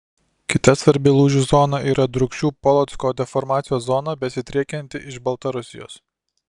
kita svarbi lūžių zona yra drūkšių polocko deformacijos zona besidriekianti iš baltarusijos